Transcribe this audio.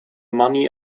money